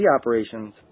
operations